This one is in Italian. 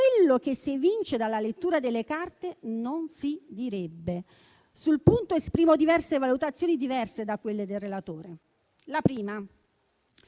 quello che si evince dalla lettura delle carte non si direbbe. Sul punto, esprimo valutazioni diverse da quelle del relatore. La prima